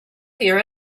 here